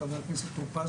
חה"כ טור-פז,